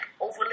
overly